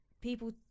people